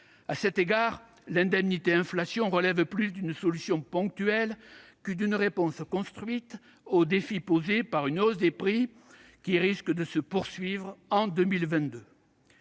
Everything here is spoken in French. À cet égard, l'indemnité inflation relève plus d'une solution ponctuelle que d'une réponse construite au défi posé par une hausse des prix qui risque de se poursuivre en 2022.